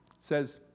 says